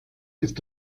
ist